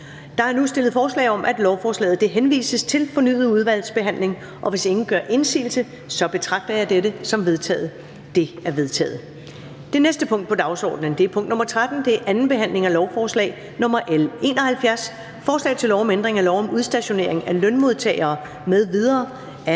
Der er nu stillet forslag om, at lovforslaget henvises til fornyet udvalgsbehandling, og hvis ingen gør indsigelse, betragter jeg dette som vedtaget. Det er vedtaget. --- Det næste punkt på dagsordenen er: 13) 2. behandling af lovforslag nr. L 71: Forslag til lov om ændring af lov om udstationering af lønmodtagere m.v.